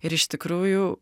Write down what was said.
ir iš tikrųjų